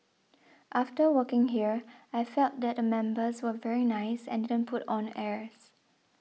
after working here I felt that the members were very nice and didn't put on airs